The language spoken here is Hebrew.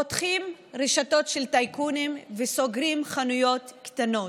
פותחים רשתות של טייקונים וסוגרים חנויות קטנות,